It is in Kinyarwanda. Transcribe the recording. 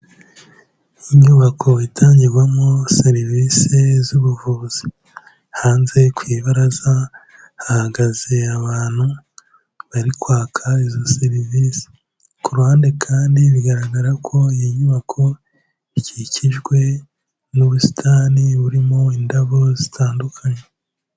Inyubako itangirwamo serivisi z'ubuvuzi, hanze ku ibaraza hahagaze abantu bari kwaka izo serivisi, ku ruhande kandi bigaragara ko iyi nyubako ikikijwe n'ubusitani burimo indabo zitandukanye.